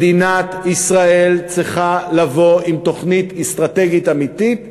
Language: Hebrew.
מדינת ישראל צריכה לבוא עם תוכנית אסטרטגית אמיתית שתעודד,